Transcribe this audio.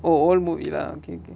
oh old movie lah okay okay